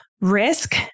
risk